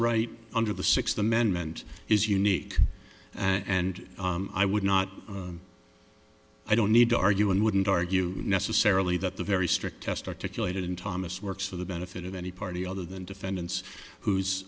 right under the sixth amendment is unique and i would not i don't need to argue and wouldn't argue necessarily that the very strict test articulated in thomas works for the benefit of any party other than defendants whose